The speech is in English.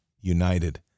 united